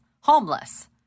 homeless